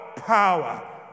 power